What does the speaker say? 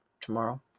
tomorrow